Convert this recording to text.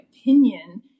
opinion